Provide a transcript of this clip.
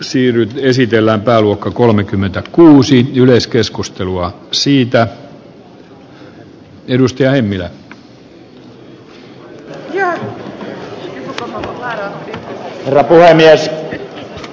siinä esitellään pääluokan kolmekymmentäkuusi yleiskeskustelua valtiontalouden velkaa vähätellään